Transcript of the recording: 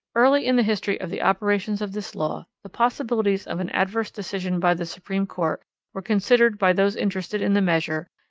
early in the history of the operations of this law the possibilities of an adverse decision by the supreme court were considered by those interested in the measure,